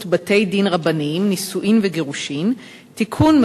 בתי-דין רבניים (נישואין וגירושין) (תיקון,